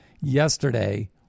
yesterday